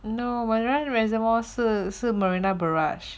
no marina reservoir 是是 marina barrage